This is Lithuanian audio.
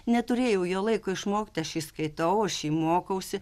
neturėjau jo laiko išmokt aš jį skaitau aš jį mokausi